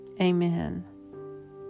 Amen